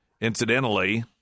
incidentally